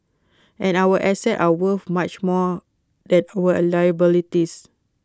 and our assets are worth much more than our liabilities